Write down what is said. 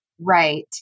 right